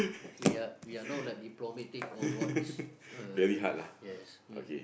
we are we are not like diplomatic or what this uh yes you